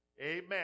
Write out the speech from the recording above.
amen